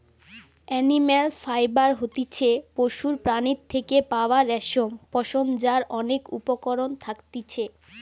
animal fibre হতিছে পশুর প্রাণীর থেকে পাওয়া রেশম, পশম যার অনেক উপকরণ থাকতিছে